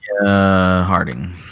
Harding